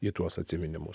į tuos atsiminimus